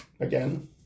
again